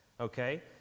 okay